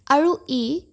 আৰু ই